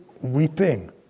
weeping